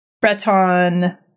Breton